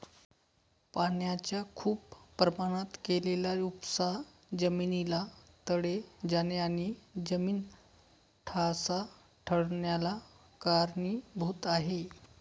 पाण्याचा खूप प्रमाणात केलेला उपसा जमिनीला तडे जाणे आणि जमीन ढासाळन्याला कारणीभूत आहे